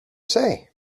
say